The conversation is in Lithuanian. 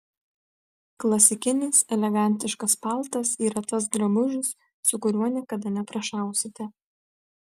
klasikinis elegantiškas paltas yra tas drabužis su kuriuo niekada neprašausite